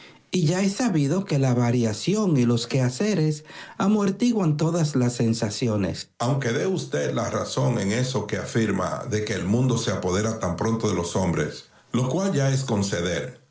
y ya es sabido que la variación y los quehaceres amortiguan todas las sensaciones aunque dé a usted la razón en eso que afirma de que el mundo se apodera tan pronto de los hombres lo cual ya es conceder